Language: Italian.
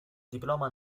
diploma